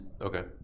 Okay